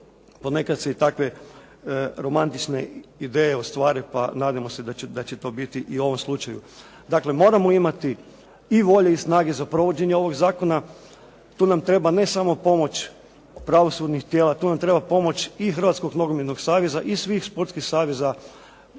ponekad se i takve romantične ideje ostvare, pa nadajmo se da će to biti i u ovom slučaju. Dakle, moramo imati i volje i snage za provođenje ovog zakona. Tu nam treba ne samo pomoć pravosudnih tijela. Tu nam treba pomoć i Hrvatskog nogometnog saveza i svih sportskih saveza